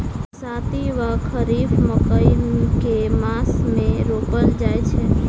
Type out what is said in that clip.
बरसाती वा खरीफ मकई केँ मास मे रोपल जाय छैय?